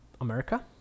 America